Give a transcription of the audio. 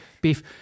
beef